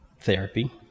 therapy